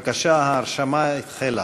בבקשה, ההרשמה החלה.